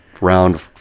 round